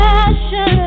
Passion